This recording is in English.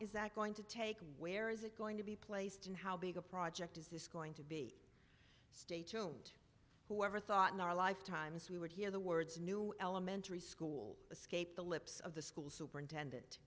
is that going to take where is it going to be placed and how big a project is this going to be stay tuned whoever thought in our lifetimes we would hear the words new elementary school escape the lips of the superintendent